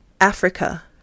Africa